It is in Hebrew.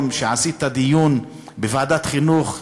שעשית דיון בוועדת החינוך היום.